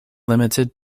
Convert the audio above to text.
limited